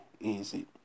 easy